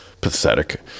pathetic